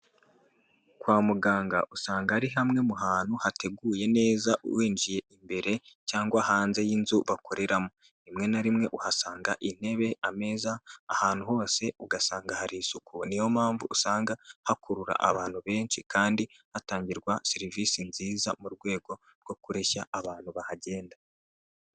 Kwa muganga usanga ari hamwe mu hantu hateguye neza winjiye imbere cyangwa hanze y'inzu bakoreramo, rimwe na rimwe uhasanga intebe ameza ahantu hose ugasanga hari isuku, niyo mpamvu usanga hakurura abantu benshi kandi hatangirwa serivisi nziza mu rwego rwo kureshya abantu bahagenda.